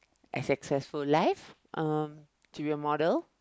a successful life uh to be a model